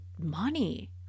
money